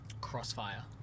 Crossfire